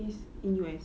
he's in U_S